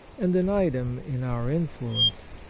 and an item in our influ ence.